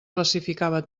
classificava